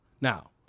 Now